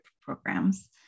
programs